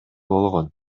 болгон